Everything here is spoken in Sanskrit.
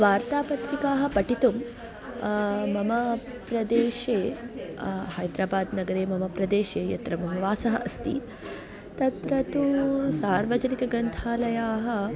वार्तापत्रिकाः पठितुं मम प्रदेशे हैद्रबादनगरे मम प्रदेशे यत्र मम वासःअस्ति तत्र तु सार्वजनिक ग्रन्थालयाः